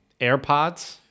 AirPods